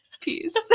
peace